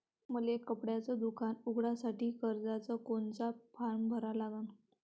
मले कपड्याच दुकान उघडासाठी कर्जाचा कोनचा फारम भरा लागन?